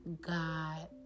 God